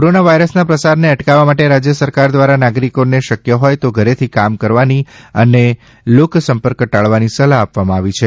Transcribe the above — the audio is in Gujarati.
કોરોના વાયરસના પ્રસારને અટકાવવા માટે રાજ્ય સરકાર દ્વારા નાગરિકોને શક્ય હોય તો ઘરેથી કામ કરવાની અને લોકસંપર્ક ટાળવાની સલાહ આપવામાં આવી છે